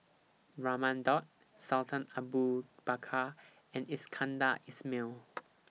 Raman Daud Sultan Abu Bakar and Iskandar Ismail